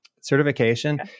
certification